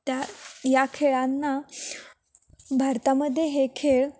त्या या खेळांना भारतामध्ये हे खेळ